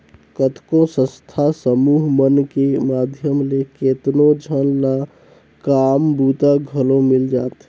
कतको संस्था समूह मन के माध्यम ले केतनो झन ल काम बूता घलो मिल जाथे